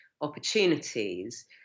opportunities